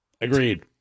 Agreed